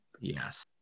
yes